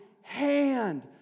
hand